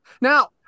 Now